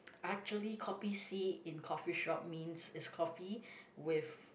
actually kopi C in coffee shop means is coffee with